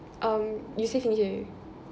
um you say finish already